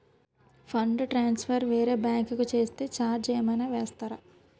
Fund transfer వేరే bank కి చేస్తే ఛార్జ్ ఏమైనా వేస్తారా?